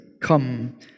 come